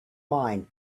mind